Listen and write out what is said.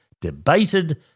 debated